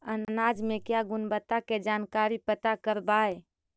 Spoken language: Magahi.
अनाज मे क्या गुणवत्ता के जानकारी पता करबाय?